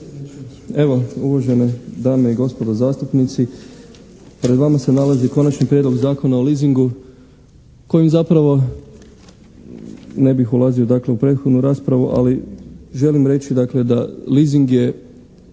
Evo uvažene dame i gospodo zastupnici, pred vama se nalazi Konačni prijedlog Zakona o leasingu kojim zapravo ne bih ulazio dakle u prethodnu raspravu, ali želim reći dakle da leasing je